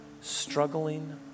struggling